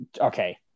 Okay